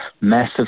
Massive